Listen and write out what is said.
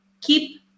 keep